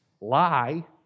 lie